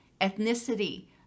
ethnicity